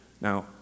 Now